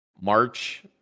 March